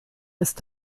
ist